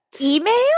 Email